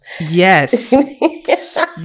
Yes